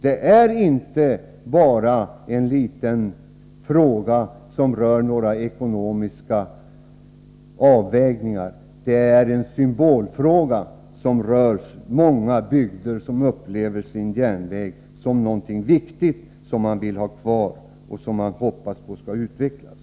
Det är inte bara en liten fråga om några ekonomiska avvägningar, utan det är en symbolfråga som rör många bygder som upplever sin järnväg som någonting viktigt som de vill ha kvar och hoppas på skall utvecklas.